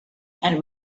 and